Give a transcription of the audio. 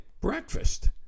breakfast